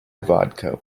vodka